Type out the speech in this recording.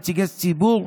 נציגי ציבור,